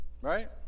Right